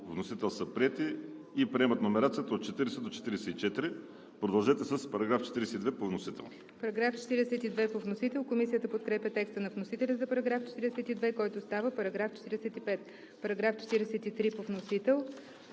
вносител са приети и приемат номерациято от 40 до 44. Продължете с § 42 по вносител.